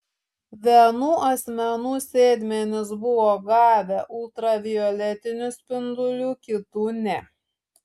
vienų asmenų sėdmenys buvo gavę ultravioletinių spindulių kitų ne